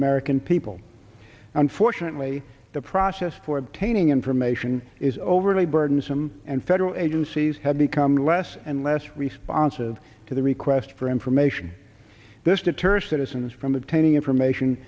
american people unfortunately the process for obtaining information is overly burdensome and federal agencies have become less and less responsive to the request for information this deters citizens from obtaining information